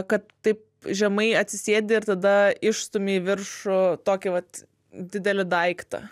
kad taip žemai atsisėdi ir tada išstumi į viršų tokį vat didelį daiktą